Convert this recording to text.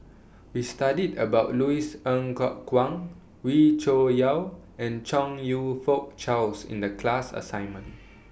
We studied about Louis Ng Kok Kwang Wee Cho Yaw and Chong YOU Fook Charles in The class assignment